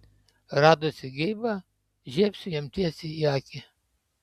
radusi geibą žiebsiu jam tiesiai į akį